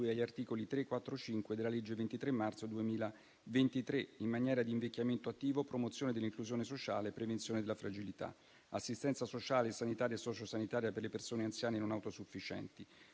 agli articoli 3, 4 e 5 della legge 23 marzo 2023, n. 33, in materia di invecchiamento attivo, promozione dell'inclusione sociale, prevenzione della fragilità, assistenza sociale e sanitaria e sociosanitaria per le persone anziane non autosufficienti,